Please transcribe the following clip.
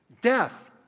death